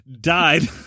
died